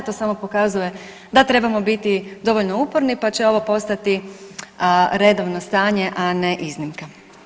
To samo pokazuje da trebamo biti dovoljno uporni, pa će ovo postati redovno stanje, a ne iznimka.